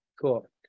cool